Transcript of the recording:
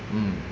mm